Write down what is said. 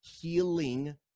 healing